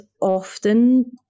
often